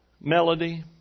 Melody